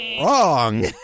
Wrong